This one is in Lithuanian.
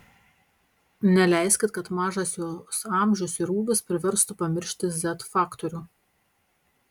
neleiskit kad mažas jos amžius ir ūgis priverstų pamiršti z faktorių